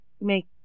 make